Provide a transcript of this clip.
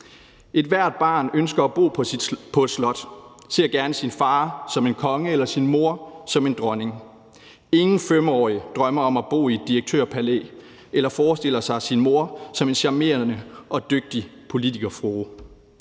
Ethvert barn ønsker at bo på et slot og ser gerne sin far som en konge eller sin mor som en dronning. Ingen 5-årig drømmer om at bo i et direktørpalæ eller forestiller sig sin mor som en charmerende og dygtig politikerfrue.